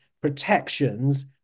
protections